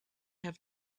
have